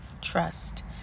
trust